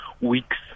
weeks